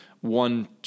one